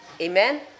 amen